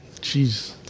jeez